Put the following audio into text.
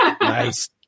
Nice